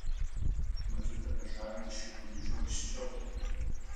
mačiau tave žavintis šiuo drabužiu anksčiau